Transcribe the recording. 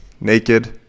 naked